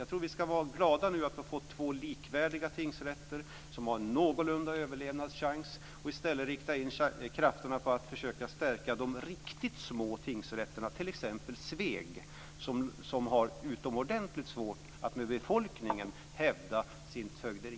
Jag tror att vi ska vara glada över att vi nu får två likvärdiga tingsrätter som har någorlunda överlevnadschans och i stället rikta in krafterna på att försöka stärka de riktigt små tingsrätterna, t.ex. tingsrätten i Sveg som har utomordentligt svårt att med sin befolkning hävda sitt fögderi.